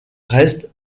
reste